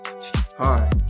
Hi